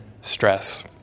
stress